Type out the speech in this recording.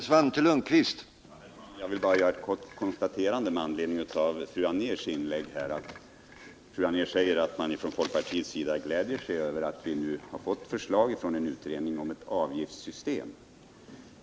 Herr talman! Jag vill bara göra ett kort konstaterande med anledning av fru Anérs inlägg. Fru Anér säger att man från folkpartiets sida gläder sig över att vi nu har fått förslag från en utredning om ett avgiftssystem.